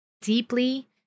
deeply